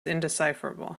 indecipherable